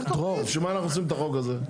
אז דרור, אז בשביל מה אנחנו צריכים את החוק הזה?